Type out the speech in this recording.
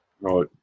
Right